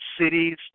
cities